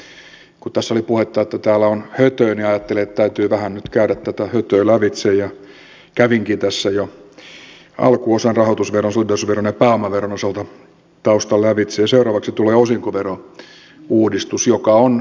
kun tässä oli puhetta että täällä on höttöä niin ajattelin että täytyy vähän nyt käydä tätä höttöä lävitse ja kävinkin tässä jo alkuosan rahoitusveron solidaarisuusveron ja pääomaveron osalta taustan lävitse ja seuraavaksi tulee osinkoverouudistus joka on välttämättömyys tehdä